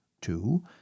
two